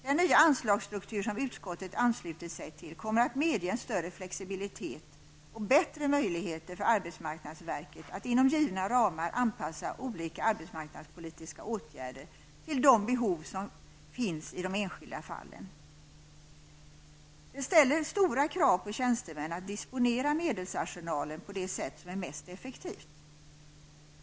Den nya anslagsstruktur som utskottet har anslutit sig till kommer att medge en större flexibilitet och bättre möjligheter för arbetsmarknadsverket att inom givna ramar anpassa olika arbetsmarknadspolitiska åtgärder till de behov som finns i de enskilda fallen. Den ställer stora krav på tjänstemännen att disponera medelsarsenalen på det sätt som är mest effektivt.